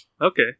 Okay